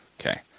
Okay